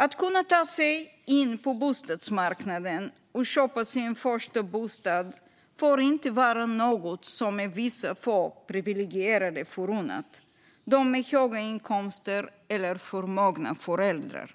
Att kunna ta sig in på bostadsmarknaden och köpa sin första bostad får inte vara något som är vissa få, privilegierade förunnat, det vill säga de med höga inkomster eller förmögna föräldrar.